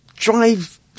drive